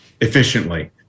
efficiently